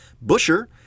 busher